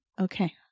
okay